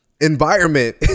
environment